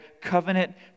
covenant